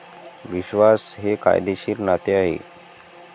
विश्वास हे कायदेशीर नाते आहे